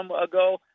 ago